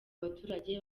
baturage